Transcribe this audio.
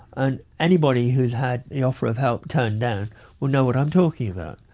and anybody who's had the offer of help turned down will know what i'm talking about.